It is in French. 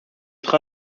être